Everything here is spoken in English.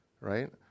right